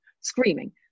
screaming